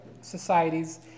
societies